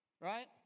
right